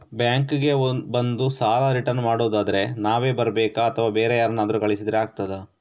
Bank ಗೆ ಬಂದು ಸಾಲ ರಿಟರ್ನ್ ಮಾಡುದಾದ್ರೆ ನಾವೇ ಬರ್ಬೇಕಾ ಅಥವಾ ಬೇರೆ ಯಾರನ್ನಾದ್ರೂ ಕಳಿಸಿದ್ರೆ ಆಗ್ತದಾ?